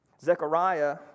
Zechariah